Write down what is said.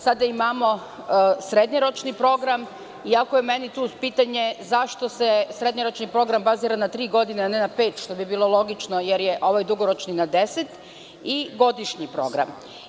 Sada imamo srednjoročni program, iako je meni tu pitanje zašto se srednjoročni program bazira na tri godine a ne na pet, što bi bilo logično, jer je ovaj dugoročni na 10, i godišnji program.